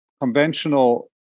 conventional